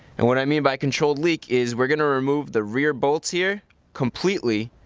and what i mean by controlled leak is we're going to remove the rear bolts here completely,